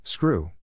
Screw